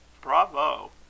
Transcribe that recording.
Bravo